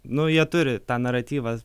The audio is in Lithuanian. nu jie turi tą naratyvą